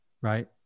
Right